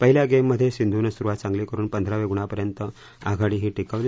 पहिल्या गेममध्ये सिंधूनं सुरुवात चांगली करुन पंधराव्या गुणापर्यंत आघाडीही टिकवली